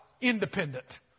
Independent